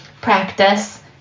Practice